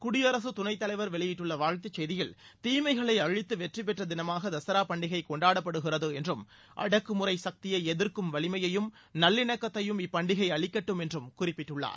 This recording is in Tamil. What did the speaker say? குடியரசுத் துணைத் தலைவர் வெளியிட்டுள்ள வாழ்த்து செய்தியில் தீளமகளை அழித்து வெற்றி பெற்ற தினமாக தசரா பண்டிகை கொண்டாடப்படுகிறது என்றும் அடக்குமுறை சக்தியை எதிர்க்கும் வலிமையையும் நல்லிணக்கத்தையும் இப்பண்டிகை அளிக்கட்டும் என்றும் குறிப்பிட்டுள்ளார்